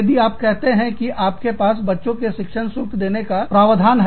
यदि आप कहते हैं कि आपके पास बच्चों के शिक्षण शुल्क देने का प्रावधान है